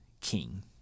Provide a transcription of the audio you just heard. king